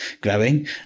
growing